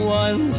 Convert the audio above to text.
one